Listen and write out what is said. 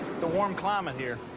it's a warm climate here.